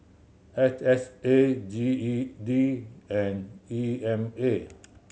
H S A G E D and E M A